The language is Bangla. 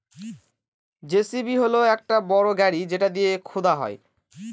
যেসিবি হল একটা বড় গাড়ি যেটা দিয়ে খুদা হয়